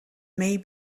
may